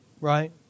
Right